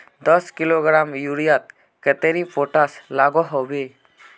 दस किलोग्राम यूरियात कतेरी पोटास लागोहो होबे?